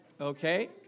Okay